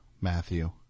Matthew